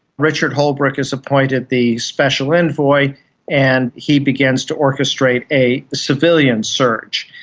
richard holbrooke is appointed the special envoy and he begins to orchestrate a civilian surge.